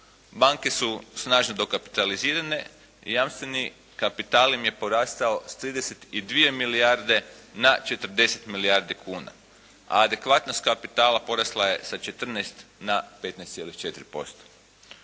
Banke su snažno dokapitalizirane i jamstveni kapital im je porastao sa 32 milijarde na 40 milijardi kuna, a adekvatnost kapitala porasla je sa 14 na 15,4%.